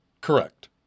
correct